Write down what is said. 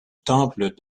temple